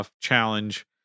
challenge